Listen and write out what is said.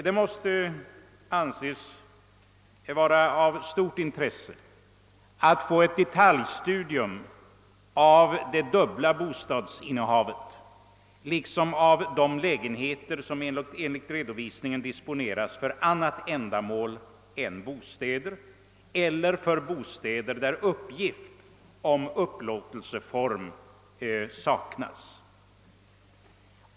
Det måste anses vara av stort intresse att i detalj studera det dubbla bostadsinnehavet liksom de lägenheter som enligt redovisningen disponeras för annat ändamål än bostäder eller där uppgift om upplåtelseform saknas.